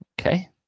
Okay